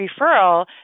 referral